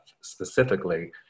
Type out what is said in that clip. specifically